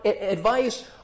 advice